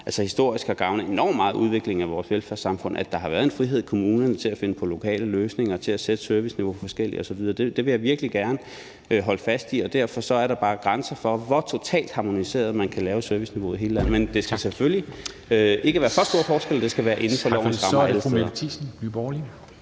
historisk har gavnet udviklingen af vores velfærdssamfund enormt meget, at der har været en frihed i kommunerne til at finde lokale løsninger, til at sætte serviceniveauet forskelligt osv. Det vil jeg virkelig gerne holde fast i, og derfor er der bare grænser for, hvor totalt harmoniseret man kan lave serviceniveauet i hele landet. Men der skal selvfølgelig ikke være for store forskelle. Det skal være inden for lovens rammer alle steder.